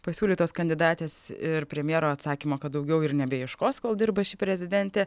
pasiūlytos kandidatės ir premjero atsakymo kad daugiau ir nebeieškos kol dirba ši prezidentė